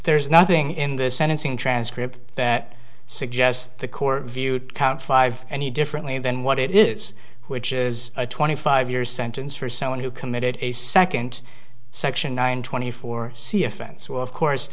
there's nothing in the sentencing transcript that suggests the court viewed count five any differently than what it is which is a twenty five years sentence for someone who committed a second section nine twenty four c offense well of course